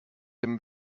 dem